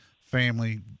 family